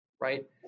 right